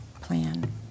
plan